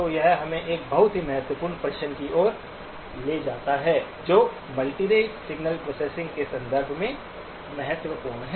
तो यह हमें एक बहुत ही महत्वपूर्ण प्रश्न की ओर ले जाता है जो मल्टीरेट सिग्नल प्रोसेसिंग के संदर्भ से महत्वपूर्ण है